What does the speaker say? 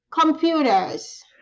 computers